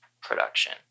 production